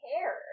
care